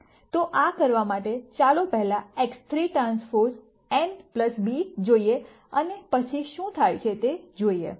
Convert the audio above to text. તો આ કરવા માટે ચાલો પહેલા X3Tn b જોઈએ અને પછી શું થાય છે તે જોઈએ